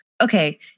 Okay